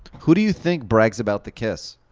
who do you think brags about the kiss,